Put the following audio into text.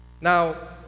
Now